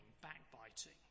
backbiting